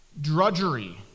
drudgery